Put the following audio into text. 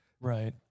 right